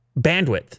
bandwidth